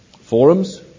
forums